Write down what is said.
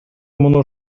муну